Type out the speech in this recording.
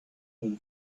him